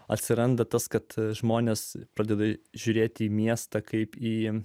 atsiranda tas kad žmonės pradeda žiūrėti į miestą kaip į